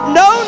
no